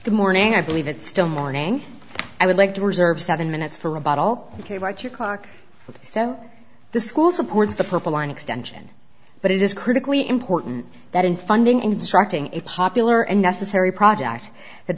the morning i believe it's still morning i would like to reserve seven minutes for a bottle ok work your clock so the school supports the purple line extension but it is critically important that in funding instructing a popular and necessary project